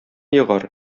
егар